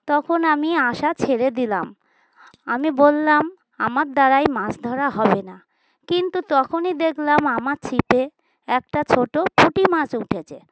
তখন আমি আশা ছেড়ে দিলাম আমি বললাম আমার দ্বারাই মাছ ধরা হবে না কিন্তু তখনই দেখলাম আমার ছিপে একটা ছোটো পুঁটি মাছ উঠেছে